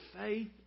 faith